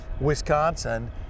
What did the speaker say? Wisconsin